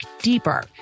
deeper